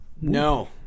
No